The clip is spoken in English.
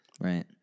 Right